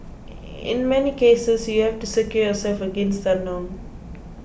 in many cases you have to secure yourself against the unknown